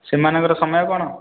ସେମାନଙ୍କର ସମୟ କ'ଣ